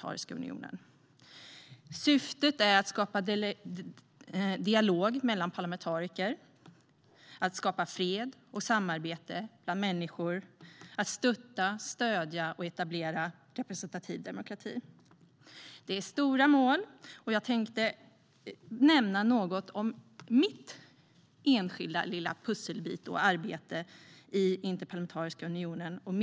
Syftet med unionen är att skapa dialog mellan parlamentariker, att skapa fred och samarbete mellan människor och att stötta, stödja och etablera representativ demokrati. Det är stora mål. Jag tänkte nämna något om min enskilda lilla pusselbit - mitt arbete i Interparlamentariska unionen och